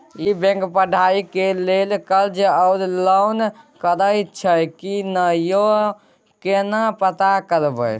ई bank पढ़ाई के लेल कर्ज आ लोन करैछई की नय, यो केना पता करबै?